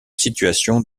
situation